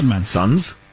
Sons